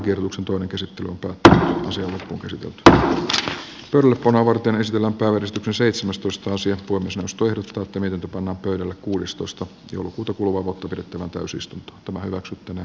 eduskunnan työtilanteen takia puhemiesneuvosto ehdottaa että pelkkänä varten esillä seitsemästoista sija puomi suostuin tukeminen asian ainoassa käsittelyssä noudatettavasta menettelytavasta päätetään jo tässä istunnossa